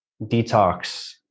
detox